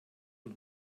von